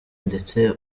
ndetse